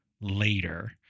later